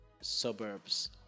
suburbs